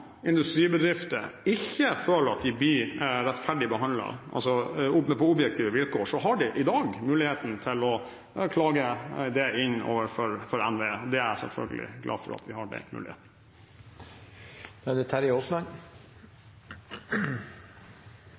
industribedrifter ikke føler at de blir rettferdig behandlet på objektive vilkår, har de i dag muligheten til å klage det inn for NVE. Jeg er selvfølgelig glad for at vi har den muligheten.